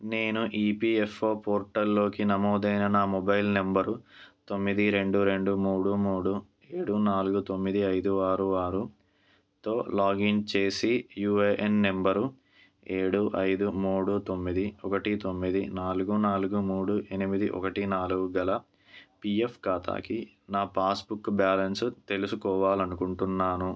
నేను ఈపిఎఫ్ఓ పోర్టల్లోకి నమోదైన నా మొబైల్ నంబర్ తొమ్మిది రెండు రెండు మూడు మూడు ఏడు నాలుగు తొమ్మిది అయిదు ఆరు ఆరుతో లాగిన్ చేసి యుఏఎన్ నంబరు ఏడు ఐదు మూడు తొమ్మిది ఒకటి తొమ్మిది నాలుగు నాలుగు మూడు ఎనిమిది ఒకటి నాలుగు గల పిఎఫ్ ఖాతాకి నా పాస్బుక్ బ్యాలన్స్ తెలుసుకోవాలనుకుంటున్నాను